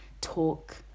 talk